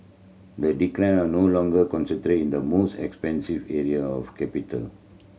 the decline are no longer in the most expensive area of capital